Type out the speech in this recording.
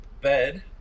bed